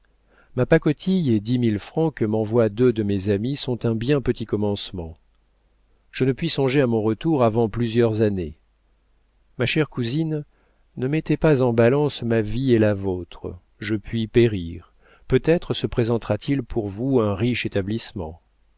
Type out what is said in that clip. ma pacotille et dix mille francs que m'envoient deux de mes amis sont un bien petit commencement je ne puis songer à mon retour avant plusieurs années ma chère cousine ne mettez pas en balance ma vie et la vôtre je puis périr peut-être se présentera t il pour vous un riche établissement